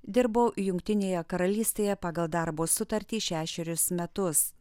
dirbau jungtinėje karalystėje pagal darbo sutartį šešerius metus